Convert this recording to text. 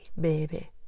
baby